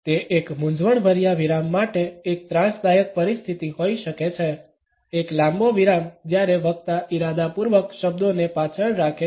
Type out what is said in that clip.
તે એક મૂંઝવણભર્યા વિરામ માટે એક ત્રાસદાયક પરિસ્થિતિ હોઈ શકે છે એક લાંબો વિરામ જ્યારે વક્તા ઇરાદાપૂર્વક શબ્દોને પાછળ રાખે છે